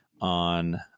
on